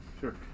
Sure